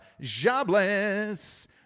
Jobless